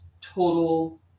total